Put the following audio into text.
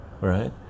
right